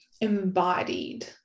embodied